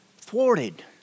thwarted